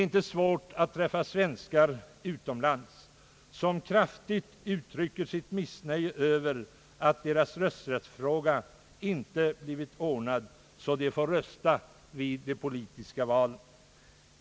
Man träffar ofta svenskar utomlands, som kraftigt uttrycker sitt missnöje över att deras rösträttsfråga inte blivit ordnad så att de får rösta vid de politiska valen.